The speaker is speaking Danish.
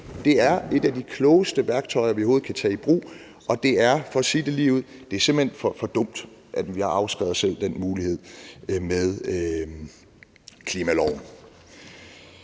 Det er et af de klogeste værktøjer, vi overhovedet kan tage i brug, og det er for at sige det ligeud simpelt hen for dumt, at vi har afskrevet os den mulighed med klimaloven.